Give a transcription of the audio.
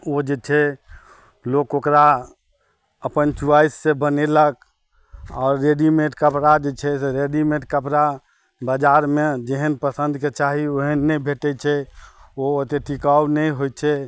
ओ जे छै लोक ओकरा अपन च्वाइससँ बनेलक आओर रेडीमेड कपड़ा जे छै से रेडीमेड कपड़ा बजारमे जेहन पसन्दके चाही ओहेन नहि भेटय छै ओ ओते टिकाव नहि होइ छै